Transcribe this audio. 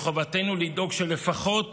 מחובתנו לדאוג שלפחות